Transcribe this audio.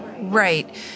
Right